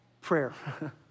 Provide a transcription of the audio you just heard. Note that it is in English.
prayer